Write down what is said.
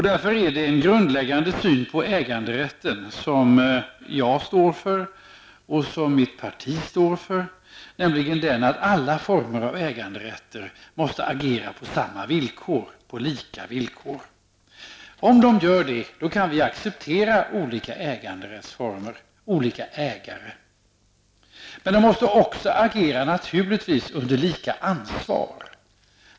Därför är den grundläggande syn på äganderätten som jag och mitt parti står för att alla former av äganderätter måste få agera på lika villkor. Om de gör det kan vi acceptera olika äganderättsformer, olika ägare. Men de måste naturligtvis också agera under lika ansvar.